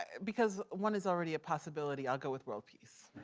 because one is already a possibility i'll go with world peace.